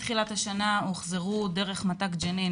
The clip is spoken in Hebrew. מתחילת השנה הוחזרו דרך מת"ק ג'נין,